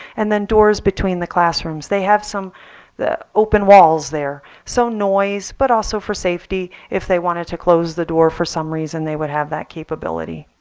and then doors between the classrooms they have some the open walls there, so noise but also for safety. if they wanted to close the door for some reason they would have that capability.